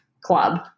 club